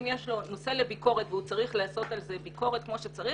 אם יש לו נושא לביקורת והוא צריך לעשות על זה ביקורת כמו שצריך,